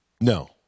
No